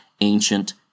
ancient